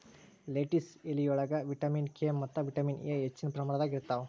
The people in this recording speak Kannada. ಲೆಟಿಸ್ ಎಲಿಯೊಳಗ ವಿಟಮಿನ್ ಕೆ ಮತ್ತ ವಿಟಮಿನ್ ಎ ಹೆಚ್ಚಿನ ಪ್ರಮಾಣದಾಗ ಇರ್ತಾವ